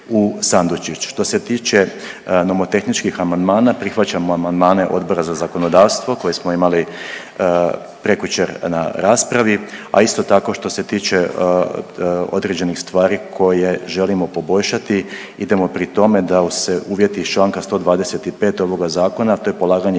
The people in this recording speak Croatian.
u sandučić. Što se tiče nomotehničkih amandmana, prihvaćamo amandmane Odbora za zakonodavstvo koje smo imali prekjučer na raspravi, a isto što se tiče određenih stvari koje želimo poboljšati, idemo pri tome da se uvjeti iz čl. 135 ovoga Zakona, to je polaganje